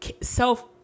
self